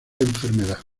enfermedad